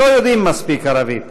לא יודעים מספיק ערבית.